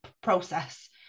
process